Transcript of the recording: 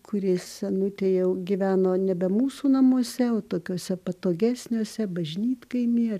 kuri senutė jau gyveno nebe mūsų namuose o tokiose patogesniuose bažnytkaimyje